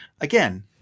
Again